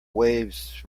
waves